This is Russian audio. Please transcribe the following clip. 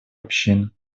общин